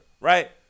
right